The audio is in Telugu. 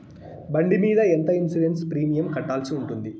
బండి మీద ఎంత ఇన్సూరెన్సు ప్రీమియం కట్టాల్సి ఉంటుంది?